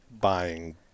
buying